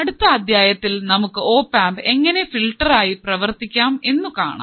അടുത്ത അദ്ധ്യായത്തിൽ നമുക്ക് ഓപ്ആംപ് എങ്ങനെ ഫിൽട്ടർ ആയി പ്രവർത്തിക്കാം എന്നു കാണാം